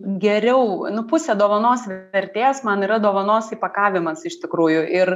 geriau nu pusė dovanos vertės man yra dovanos įpakavimas iš tikrųjų ir